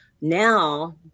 now